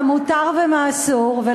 ואני יודעת מה מותר ומה אסור,